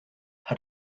her